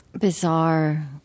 bizarre